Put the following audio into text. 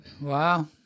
Wow